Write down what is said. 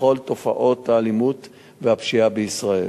בכל תופעות האלימות והפשיעה בישראל.